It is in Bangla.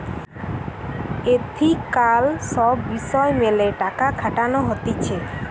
এথিকাল সব বিষয় মেলে টাকা খাটানো হতিছে